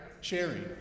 Sharing